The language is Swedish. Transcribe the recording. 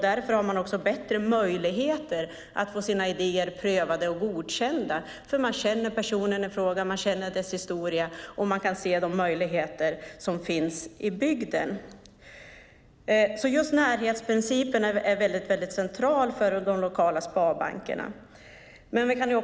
Man har bättre möjlighet att få sina idéer prövade och godkända eftersom de känner en som person och känner ens historia. De ser vilka möjligheter som finns i bygden. Närhetsprincipen är alltså central för de lokala sparbankerna.